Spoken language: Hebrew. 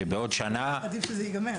שבעוד שנה -- עדיף שזה ייגמר.